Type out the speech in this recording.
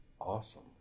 awesome